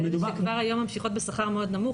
כבר היום הן ממשיכות בשכר מאוד נמוך,